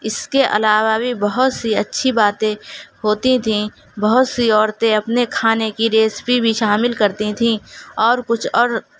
اس کے علاوہ بھی بہت سی اچھی باتیں ہوتی تھیں بہت سی عورتیں اپنے کھانے کی ریسیپی بھی شامل کرتی تھیں اور کچھ اور